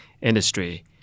industry